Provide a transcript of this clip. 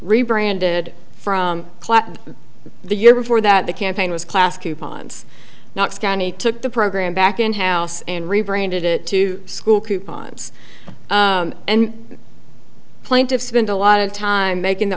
rebranded from the year before that the campaign was class coupons knox county took the program back in house and rebranded it to school coupons and plaintiffs spent a lot of time making the